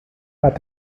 para